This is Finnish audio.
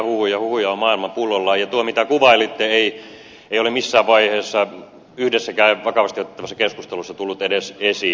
huhuja on maailma pullollaan ja tuo mitä kuvailitte ei ole missään vaiheessa yhdessäkään vakavasti otettavassa keskustelussa tullut edes esiin